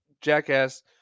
jackass